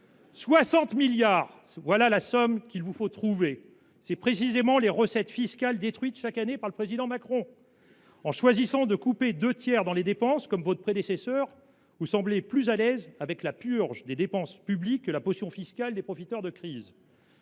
d’euros : voilà la somme qu’il vous faut trouver. Ce sont précisément les recettes fiscales détruites chaque année par le président Macron. Vous choisissez de récupérer deux tiers de cette somme en coupant dans les dépenses, comme votre prédécesseur : vous semblez plus à l’aise avec la purge des dépenses publiques qu’avec la potion fiscale des profiteurs de crise.